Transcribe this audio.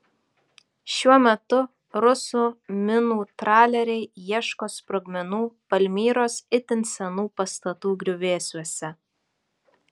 šiuo metu rusų minų traleriai ieško sprogmenų palmyros itin senų pastatų griuvėsiuose